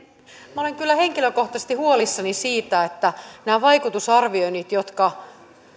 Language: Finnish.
minä olen kyllä henkilökohtaisesti huolissani siitä että nämä vaikutusarvioinnit jotka